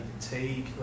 take